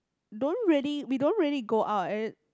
don't really we don't really go out uh